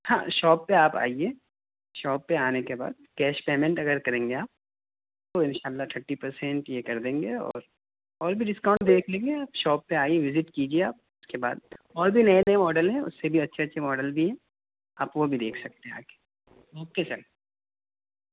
ہاں شاپ پہ آپ آئیے شاپ پہ آنے کے بعد کیش پیمینٹ اگر کریں گے آپ تو ان شاء اللہ تھرٹی پرسینٹ یہ کر دیں گے اور اور بھی ڈسکاؤنٹ دیکھ لیں گے شاپ پہ آئیے وزٹ کیجیے آپ اس کے بعد اور بھی نئے نئے ماڈل ہیں اس سے بھی اچھے اچھے ماڈل بھی ہیں آپ وہ بھی دیکھ سکتے ہیں آ کے اوکے سر